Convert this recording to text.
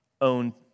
own